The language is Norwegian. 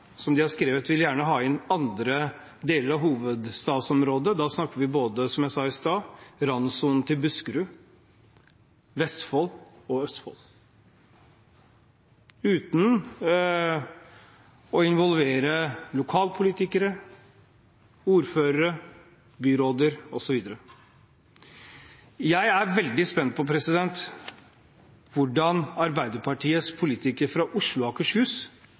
som de har skrevet, og man vil gjerne ha inn andre deler av hovedstadsområdet. Da snakker vi, som jeg sa i sted, både om randsonen til Buskerud, Vestfold og Østfold – uten å involvere lokalpolitikere, ordførere, byråder osv. Jeg er veldig spent på hvordan Arbeiderpartiets politikere fra Oslo og Akershus